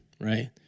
right